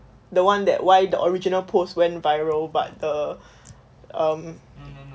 the one that why the original post went viral but the um